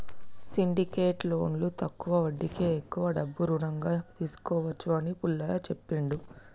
syndicate లోన్లో తక్కువ వడ్డీకే ఎక్కువ డబ్బు రుణంగా తీసుకోవచ్చు అని పుల్లయ్య చెప్పిండు